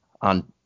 on